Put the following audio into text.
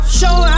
show